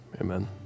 Amen